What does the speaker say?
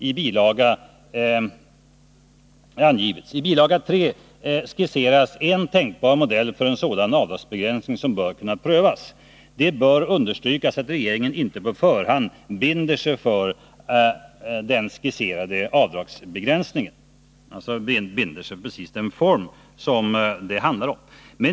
I bilaga 3 skisseras en tänkbar modell för en sådan avdragsbegränsning som bör kunna prövas ——-—-. Det bör understrykas, att regeringen inte på förhand binder sig för att skisserade avdragsbegränsningar kan genomföras ”— dvs. i precis den form som det handlade om.